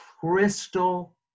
crystal